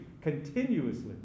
continuously